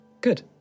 Good